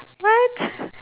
what